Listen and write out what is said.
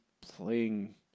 playing